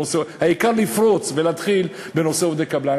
העיקר לפרוץ ולהתחיל בנושא עובדי קבלן.